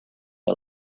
day